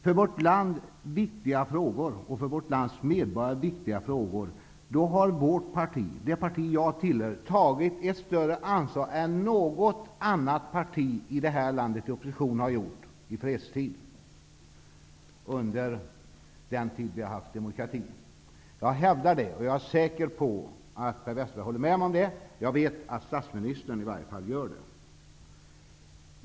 När det gäller frågor som är viktiga för vårt land och vårt lands medborgare har vårt parti tagit ett större ansvar än något annat parti i oppositionsställning gjort i fredstid under den tid vi har haft demokrati här i landet. Det hävdar jag, och jag är säker på att herr Westerberg håller med mig om det. Jag vet att statsministern gör det.